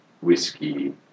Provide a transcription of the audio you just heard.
whiskey